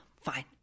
fine